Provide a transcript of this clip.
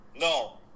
No